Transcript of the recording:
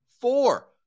four